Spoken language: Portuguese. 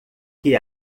que